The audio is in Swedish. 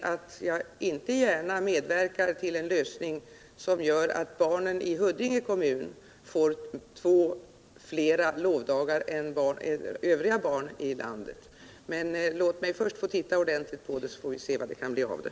Jag vill inte gärna medverka till en lösning som gör att barnen i Huddinge kommun får två fler lovdagar än övriga barn i landet. Men låt mig först få titta ordentligt på ärendet, så får vi se vad det blir av det.